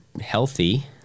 healthy